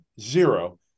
zero